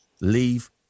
Leave